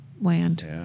land